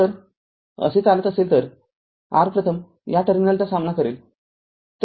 तर r असे चालत असेल तर r प्रथम या टर्मिनलचा सामना करेल